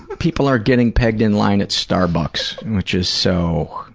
people are getting pegged in line at starbucks, which is so.